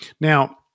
Now